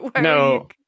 No